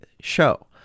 show